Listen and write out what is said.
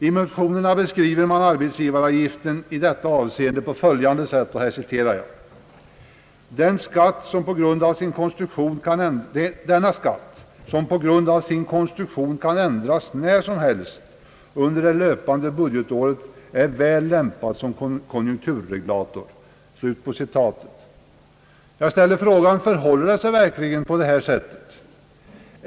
I motionerna beskriver man arbetsgivaravgiften i detta avseende på följande sätt: »Denna skatt, som på grund av sin konstruktion kan ändras när som helst under det löpande budgetåret, är väl lämpad som konjunkturregulator.» Förhåller det sig verkligen på det sättet?